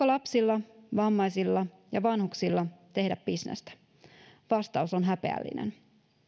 lapsilla vammaisilla ja vanhuksilla tehdä bisnestä vastaus on häpeällinen